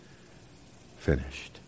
finished